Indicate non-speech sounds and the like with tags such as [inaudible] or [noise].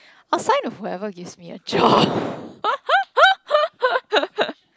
I'll sign with whoever gives me a job [laughs]